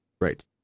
Right